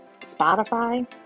Spotify